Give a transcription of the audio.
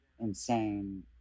Insane